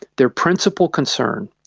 their principal concern,